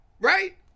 right